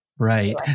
Right